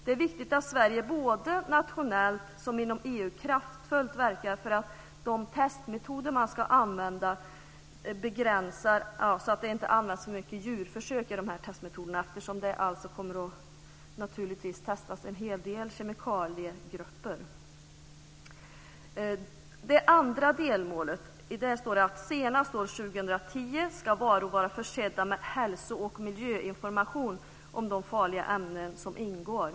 Det är viktigt att Sverige både nationellt och inom EU kraftfullt verkar för att man inte använder så mycket djurförsök i testmetoderna, eftersom det naturligtvis är en hel del kemikaliegrupper som kommer att testas. I det andra delmålet står det att varor senast 2010 ska vara försedda med hälso och miljöinformation om de farliga ämnen som ingår.